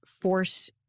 force